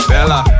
Bella